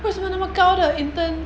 为什么那么高的 intern